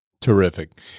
Terrific